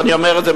ואני אומר את זה,